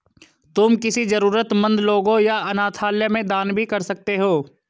तुम किसी जरूरतमन्द लोगों या अनाथालय में दान भी कर सकते हो